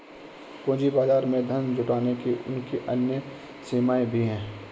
पूंजी बाजार में धन जुटाने की उनकी अन्य सीमाएँ भी हैं